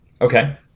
Okay